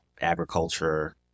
agriculture